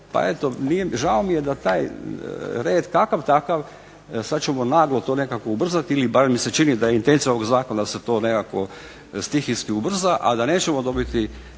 pa eto žao mi je da taj red kakav takav sad ćemo naglo to nekako ubrzati ili barem mi se čini da je intencija ovog zakona da se to nekako stihijski ubrza, a da nećemo dobiti